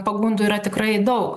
pagundų yra tikrai daug